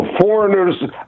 foreigners